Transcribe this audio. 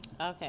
okay